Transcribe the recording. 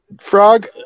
Frog